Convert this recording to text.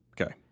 Okay